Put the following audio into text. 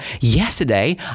Yesterday